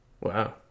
Wow